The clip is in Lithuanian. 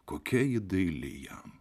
kokia ji daili jam